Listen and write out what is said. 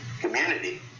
community